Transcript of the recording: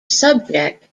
subject